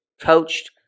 coached